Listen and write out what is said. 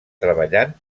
treballant